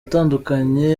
atandukanye